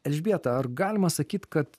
elžbieta ar galima sakyt kad